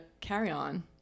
carry-on